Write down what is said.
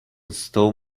stole